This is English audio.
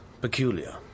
peculiar